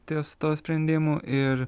ties tuo sprendimu ir